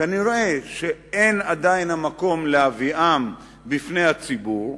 כנראה אין עדיין מקום להביאם בפני הציבור,